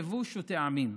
לבוש וטעמים.